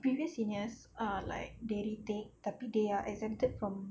previous seniors ah like they retake tapi they are exempted from